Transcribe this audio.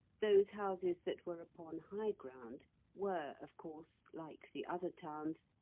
those houses that were upon high ground were, of course, like the other towns,